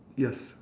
yes